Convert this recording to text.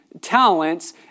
talents